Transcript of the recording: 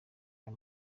ayo